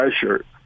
shirt